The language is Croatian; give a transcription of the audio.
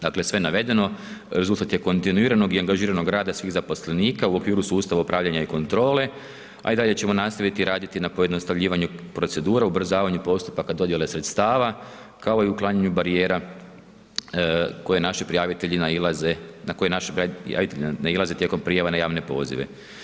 Dakle, sve navedeno, rezultat je kontinuiranog i angažiranog rada svih zaposlenika u okviru sustava upravljanja i kontrole, a i dalje ćemo nastaviti raditi na pojednostavljivanju procedura, ubrzavanju postupaka dodjele sredstava, kao i uklanjanju barijera koje naši prijavitelji nailaze, na koje naši nailaze tijekom prijava na javne pozive.